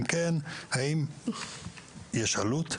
אם כן, האם יש עלות?